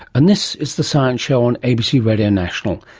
and this is the science show on abc radio national,